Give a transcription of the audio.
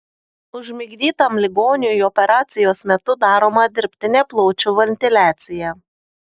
užmigdytam ligoniui operacijos metu daroma dirbtinė plaučių ventiliacija